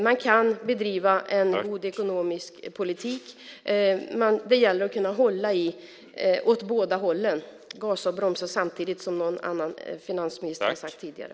Man kan bedriva en god ekonomisk politik. Det gäller att kunna hålla i det åt båda hållen, gasa och bromsa samtidigt som någon annan finansminister har sagt tidigare.